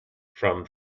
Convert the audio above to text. from